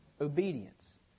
obedience